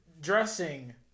dressing